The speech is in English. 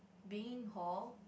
being hole